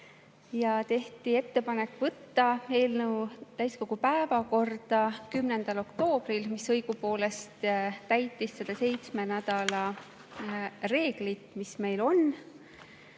Tehti ettepanek võtta eelnõu täiskogu päevakorda 10. oktoobril. See õigupoolest täitis seda seitsme nädala reeglit, mis meil on,